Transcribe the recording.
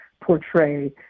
portray